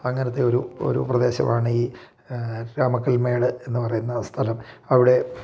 അങ്ങനത്തെ ഒരു ഒരു പ്രദേശമാണ് ഈ രാമക്കൽമേട് എന്ന് പറയുന്ന സ്ഥലം അവിടെ